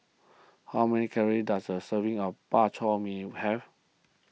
how many calories does a serving of Bak Chor Mee have